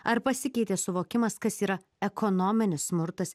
ar pasikeitė suvokimas kas yra ekonominis smurtas